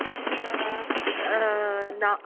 अत्र न